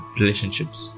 relationships